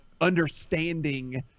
understanding